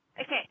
Okay